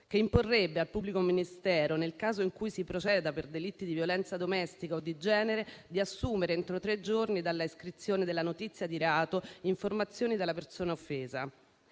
che imporrerebbe al pubblico ministero, nel caso in cui si proceda per delitti di violenza domestica o di genere, di assumere, entro tre giorni dall'iscrizione della notizia di reato, informazioni dalla persona offesa.